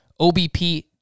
OBP